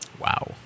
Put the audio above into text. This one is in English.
Wow